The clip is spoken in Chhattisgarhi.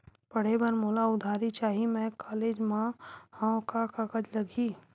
पढ़े बर मोला उधारी चाही मैं कॉलेज मा हव, का कागज लगही?